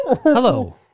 Hello